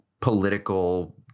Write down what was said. political